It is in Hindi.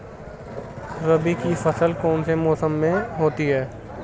रबी की फसल कौन से मौसम में होती है?